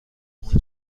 اون